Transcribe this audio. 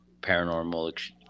paranormal